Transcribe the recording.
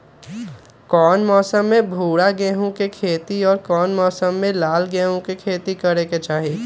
कौन मौसम में भूरा गेहूं के खेती और कौन मौसम मे लाल गेंहू के खेती करे के चाहि?